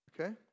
Okay